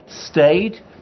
stayed